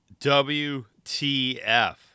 WTF